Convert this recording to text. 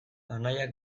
anaiak